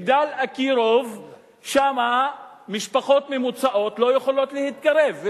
שם משפחות ממוצעות לא יכולות להתקרב,